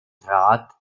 rath